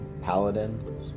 paladin